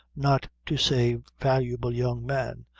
not to say valuable young man,